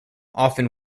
often